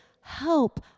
help